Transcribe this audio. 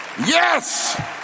Yes